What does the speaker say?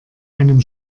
einem